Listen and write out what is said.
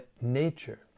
nature